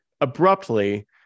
abruptly